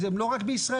והם לא רק בישראל,